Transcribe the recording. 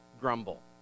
grumble